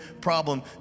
problem